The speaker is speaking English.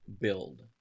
build